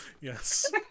Yes